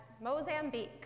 Mozambique